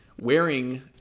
wearing